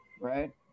Right